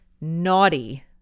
Naughty